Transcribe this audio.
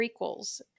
prequels